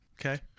Okay